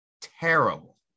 terrible